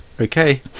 Okay